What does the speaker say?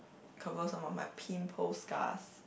cover some of my pimple scars